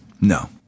No